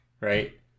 right